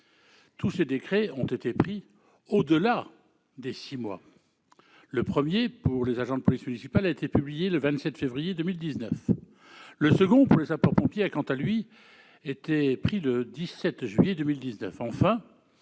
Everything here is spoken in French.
Tous ces décrets ont été pris au-delà des six mois. Le premier, pour les agents de police municipale, a été publié le 27 février 2019. Le deuxième, pour les sapeurs-pompiers, a, quant à lui, été pris le 17 juillet 2019.